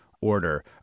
order